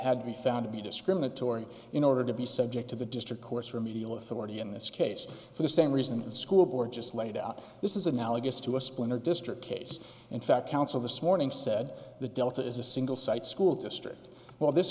had to be found to be discriminatory in order to be subject to the district court's remedial authority in this case for the same reason the school board just laid out this is analogous to a splinter district case in fact council this morning said the delta is a single site school district well this